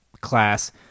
class